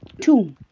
two